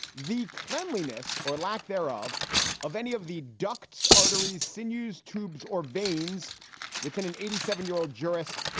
the cleanliness or lack thereof of any of the ducts, arteries, sinews, tubes or veins within an eighty seven year old jurist?